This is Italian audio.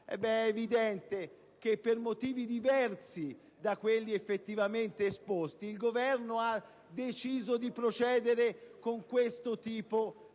È evidente che, per motivi diversi da quelli effettivamente esposti, il Governo ha deciso di procedere con questo tipo di